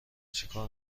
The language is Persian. چیکار